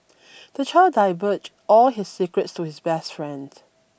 the child diverge all his secrets to his best friends